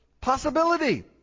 possibility